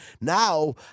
Now